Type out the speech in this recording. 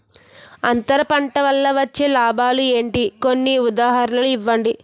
అంతర పంట వల్ల వచ్చే లాభాలు ఏంటి? కొన్ని ఉదాహరణలు ఇవ్వండి?